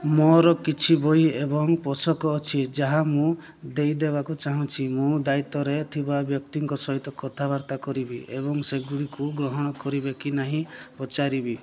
ମୋର କିଛି ବହି ଏବଂ ପୋଷାକ ଅଛି ଯାହା ମୁଁ ଦେଇ ଦେବାକୁ ଚାହୁଁଛି ମୁଁ ଦାୟିତ୍ୱରେ ଥିବା ବ୍ୟକ୍ତିଙ୍କ ସହିତ କଥାବାର୍ତ୍ତା କରିବି ଏବଂ ସେଗୁଡ଼ିକୁ ଗ୍ରହଣ କରିବେ କି ନାହିଁ ପଚାରିବି